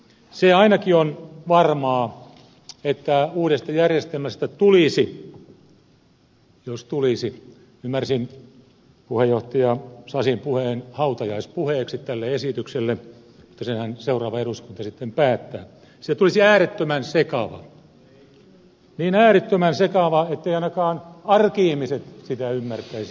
se ainakin on varmaa että uudesta järjestelmästä tulisi jos se tulisi ymmärsin puheenjohtaja sasin puheen hautajaispuheeksi tälle esitykselle mutta senhän seuraava eduskunta sitten päättää äärettömän sekava niin äärettömän sekava etteivät ainakaan arki ihmiset sitä ymmärtäisi